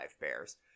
Bears